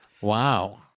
Wow